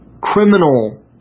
criminal